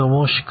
নমস্কার